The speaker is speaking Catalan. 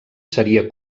seria